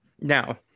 Now